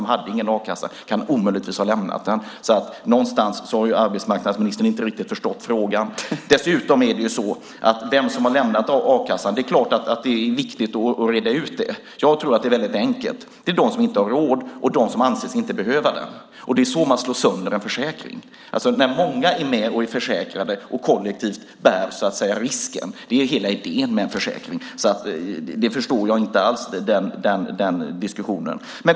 De hade ingen a-kassa, och de kan omöjligtvis ha lämnat den. Någonstans har arbetsmarknadsministern inte riktigt förstått frågan. Det är klart att det är viktigt att reda ut vem som har lämnat a-kassan. Jag tror att det är enkelt. Det är de som inte har råd och de som inte anser sig behöva den. Det är så man slår sönder en försäkring. Hela idén med en försäkring är att många är försäkrade och kollektivt bär risken. Jag förstår inte alls den diskussionen.